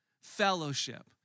fellowship